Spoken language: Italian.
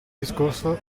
discorso